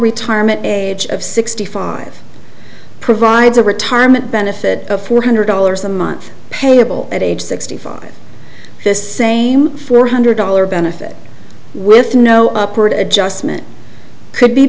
retirement age of sixty five provides a retirement benefit of one hundred dollars a month payable at age sixty five this same four hundred dollars benefit with no upward adjustment could be